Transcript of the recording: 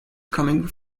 coming